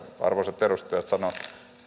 arvoisat edustajat sanovat